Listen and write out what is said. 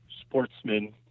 sportsmen